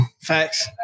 Facts